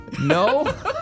No